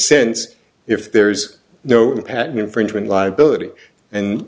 sense if there's no patent infringement liability and